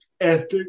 ethic